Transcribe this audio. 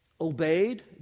obeyed